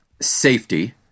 safety